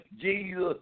Jesus